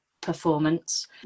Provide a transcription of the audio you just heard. performance